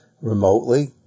remotely